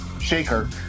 shaker